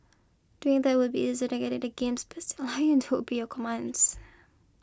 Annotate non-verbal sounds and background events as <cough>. doing that would be easy than getting the game's <unintelligible> lion to obey your commands